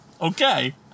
Okay